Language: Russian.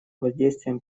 воздействием